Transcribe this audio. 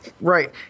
Right